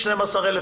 12,000,